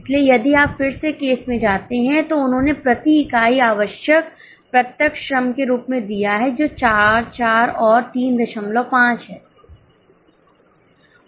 इसलिए यदि आप फिर से केस में जाते हैं तो उन्होंने प्रति इकाई आवश्यक प्रत्यक्ष श्रम के रूप में दिया है जो 4 4 और 35 है